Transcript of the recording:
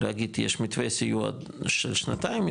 להגיד יש מתווה סיוע של שנתיים,